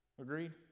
Agreed